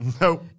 No